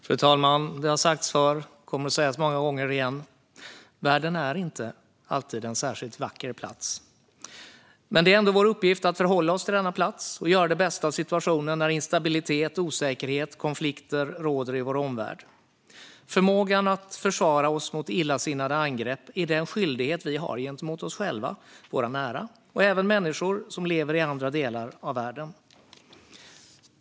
Fru talman! Det har sagts förr, och det kommer att sägas många gånger igen; världen är inte alltid en särskilt vacker plats. Men det är ändå vår uppgift att förhålla oss till denna plats och göra det bästa av situationen när instabilitet, osäkerhet och konflikter råder i vår omvärld. Förmågan att försvara oss mot illasinnade angrepp är den skyldighet vi har gentemot oss själva, våra nära och även människor som lever i andra delar av världen.